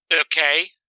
Okay